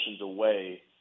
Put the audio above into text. away